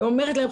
ואומרת להם,